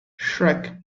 shrek